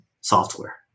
software